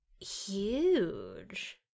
huge